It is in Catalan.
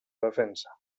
defensa